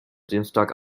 dienstag